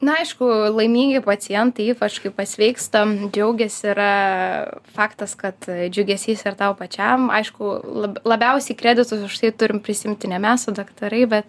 na aišku laimingi pacientai ypač kai pasveiksta džiaugiasi yra faktas kad džiugesys ir tau pačiam aišku lab labiausiai kreditus už tai turim prisiimti ne mes o daktarai bet